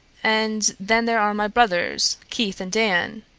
and then there are my brothers, keith and dan.